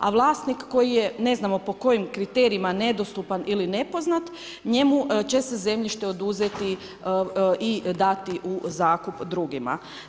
A vlasnik, koji je ne znamo po kojim kriterijima nedostupan ili nepoznat, njemu će se zemljište oduzeti i dati u zakup drugima.